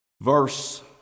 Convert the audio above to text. Verse